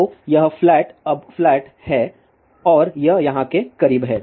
तो यह फ्लैट अब फ्लैट है और यह यहां के करीब है